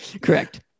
correct